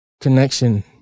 connection